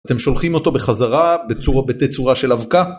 אתם שולחים אותו בחזרה בתצורה של אבקה.